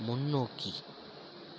முன்னோக்கி